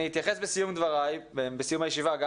אני אתייחס בסיום דבריי וגם בסיום הישיבה גם